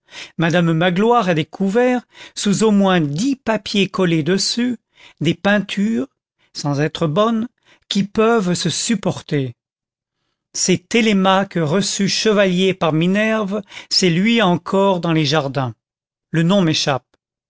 madame magloire a découvert sous au moins dix papiers collés dessus des peintures sans être bonnes qui peuvent se supporter c'est télémaque reçu chevalier par minerve c'est lui encore dans les jardins le nom m'échappe